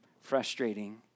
frustrating